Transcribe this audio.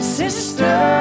sister